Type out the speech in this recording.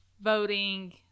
voting